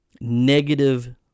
negative